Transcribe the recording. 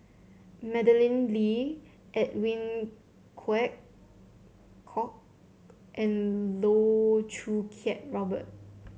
Madeleine Lee Edwin Koek and Loh Choo Kiat Robert